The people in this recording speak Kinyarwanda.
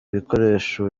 bikoresho